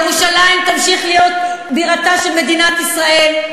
ירושלים תמשיך להיות בירתה של מדינת ישראל,